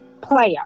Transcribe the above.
player